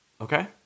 Okay